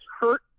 hurt